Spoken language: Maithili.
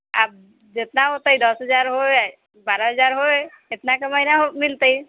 आब जितना होतै दस हजार होय बारह हजार होय जितनाके महीना मिलतै